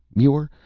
muir.